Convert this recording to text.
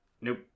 Nope